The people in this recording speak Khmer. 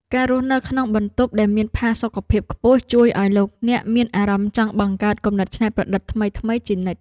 ការរស់នៅក្នុងបន្ទប់ដែលមានផាសុកភាពខ្ពស់ជួយឱ្យលោកអ្នកមានអារម្មណ៍ចង់បង្កើតគំនិតច្នៃប្រឌិតថ្មីៗជានិច្ច។